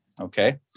okay